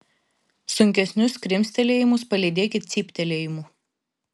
sunkesnius krimstelėjimus palydėkit cyptelėjimu